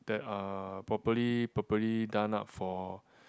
that are properly properly done up for